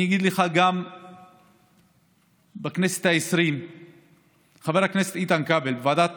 אני אגיד לך שגם בכנסת העשרים חבר הכנסת איתן כבל הוביל בוועדת